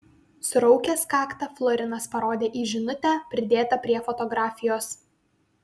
suraukęs kaktą florinas parodė į žinutę pridėtą prie fotografijos